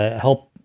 help